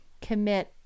Commit